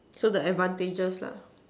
so the advantages lah